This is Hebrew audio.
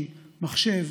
כי מחשב